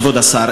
כבוד השר,